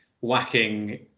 whacking